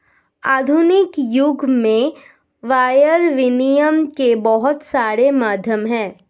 आधुनिक युग में वायर विनियम के बहुत सारे माध्यम हैं